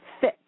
fit